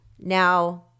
Now